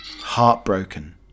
heartbroken